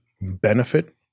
benefit